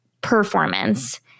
performance